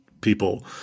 people